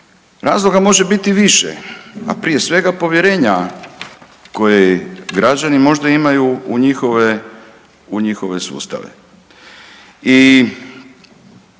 razloga može biti više, a prije svega povjerenja koje građani možda imaju u njihove sustave. I